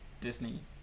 Disney